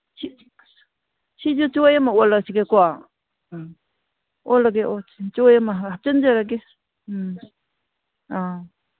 ꯁꯤꯁꯨ ꯆꯣꯏ ꯑꯃ ꯑꯣꯜꯂꯁꯤꯒꯦꯀꯣ ꯑꯣꯜꯂꯒꯦ ꯑꯣꯜꯂꯒꯦ ꯆꯣꯏ ꯑꯃ ꯍꯥꯞꯆꯟꯖꯔꯒꯦ ꯎꯝ ꯑꯥ